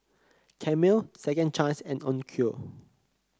Camel Second Chance and Onkyo